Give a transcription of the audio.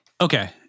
okay